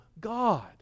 God